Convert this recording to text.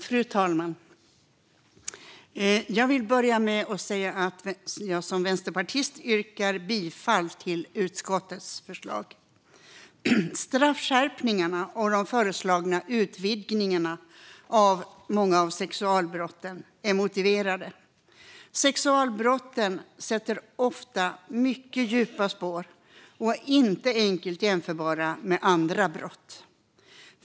Fru talman! Jag vill börja med att säga att jag som vänsterpartist yrkar bifall till utskottets förslag. Straffskärpningarna och de föreslagna utvidgningarna för många av sexualbrotten är motiverade. Sexualbrotten sätter ofta mycket djupa spår och är inte enkelt jämförbara med andra brott.